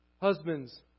Husbands